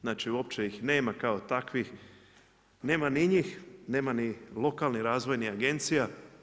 Znači uopće ih nema kao takvih, nema ni njih, nema ni lokalnih razvojnih agencija.